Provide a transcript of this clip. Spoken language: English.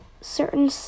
certain